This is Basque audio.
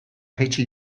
jaitsi